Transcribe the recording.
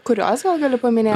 kurios gal gali paminėt